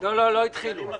לא התחילו.